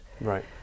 Right